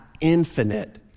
infinite